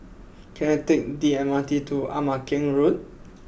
can I take the M R T to Ama Keng Road